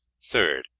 third.